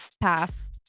Pass